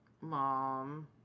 mom